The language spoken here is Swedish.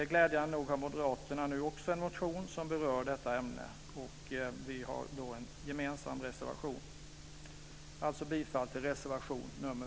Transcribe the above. Glädjande nog har Moderaterna nu också en motion som berör detta ämne. Vi har en gemensam reservation här. Jag yrkar alltså bifall till reservation nr